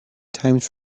times